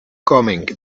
coming